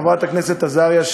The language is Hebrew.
חברת הכנסת עזריה,